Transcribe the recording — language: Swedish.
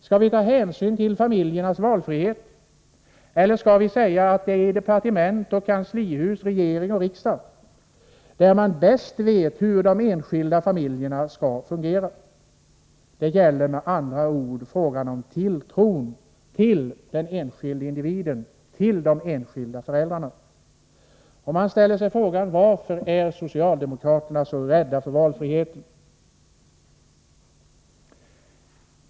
Skall vi ta hänsyn till familjernas valfrihet, eller skall vi säga att det är i departement och kanslihus, regering och riksdag som man bäst vet hur de enskilda familjerna fungerar? Det handlar med andra ord om tilltron till den enskilde individen, till de enskilda föräldrarna. Man ställer sig frågan: Varför är socialdemokraterna så rädda för valfrihet?